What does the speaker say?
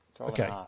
Okay